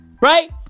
right